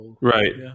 Right